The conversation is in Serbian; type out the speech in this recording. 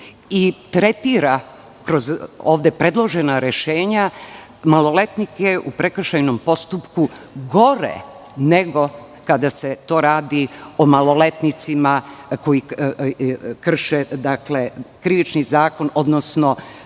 i tretira kroz ovde predložena rešenja maloletnike u prekršajnom postupku gore nego kada se to radi o maloletnicima koji krše krivični zakon, odnosno